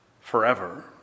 forever